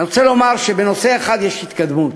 אני רוצה לומר שבנושא אחד יש התקדמות,